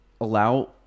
allow